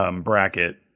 bracket